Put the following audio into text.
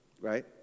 Right